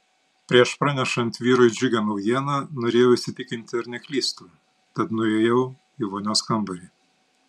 prieš pranešant vyrui džiugią naujieną norėjau įsitikinti ar neklystu tad nuėjau į vonios kambarį